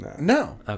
No